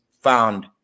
found